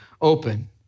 open